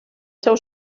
seu